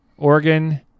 organ